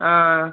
ஆ